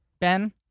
Ben